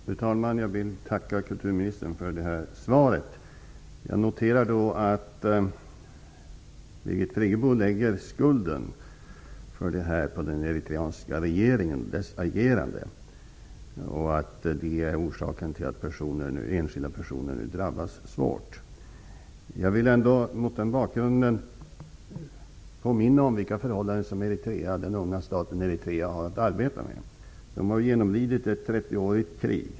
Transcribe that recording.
Fru talman! Jag vill tacka kulturministern för svaret. Jag noterar att Birgit Friggebo lägger skulden för att enskilda personer nu drabbas svårt på den eritreanska regeringen och dess agerande. Jag vill mot den bakgrunden påminna om vilka förhållanden som den unga staten Eritrea har att arbeta under. De har genomlidit ett 30-årigt krig.